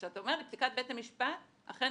עכשיו את אומר לי פסיקת בית המשפט אכן